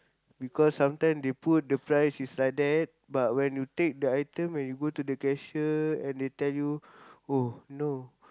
because sometime they put the price is like that but when you take the item and you go to the cashier and they tell you oh no